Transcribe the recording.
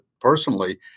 personally